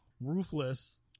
Ruthless